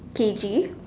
P G